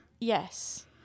Yes